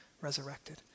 resurrected